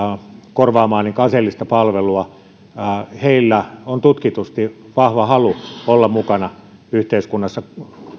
korvaamaan aseellista palvelua on tutkitusti vahva halu olla mukana yhteiskunnassa